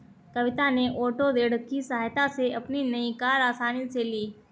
कविता ने ओटो ऋण की सहायता से अपनी नई कार आसानी से ली